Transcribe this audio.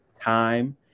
time